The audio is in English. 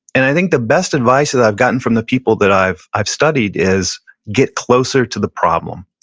and i think the best advice that i've gotten from the people that i've i've studied is get closer to the problem,